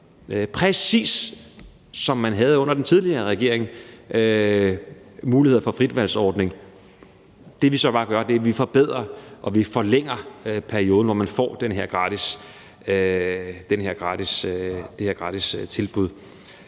som man havde under den tidligere regering, altså fritvalgsordningen. Det, vi så bare gør, er, at vi forbedrer det og forlænger perioden, hvor man får det her gratis tilbud.